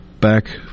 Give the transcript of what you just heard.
back